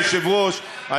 אדוני היושב-ראש,